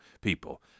people